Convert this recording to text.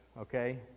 okay